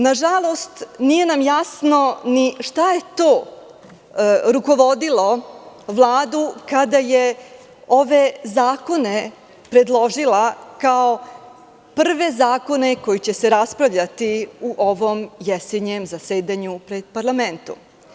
Nažalost, nije nam jasno ni šta je to rukovodilo Vladu kada je ove zakone predložila kao prve zakone koji će se raspravljati u ovom jesenjem zasedanju u parlamentu.